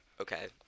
okay